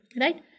Right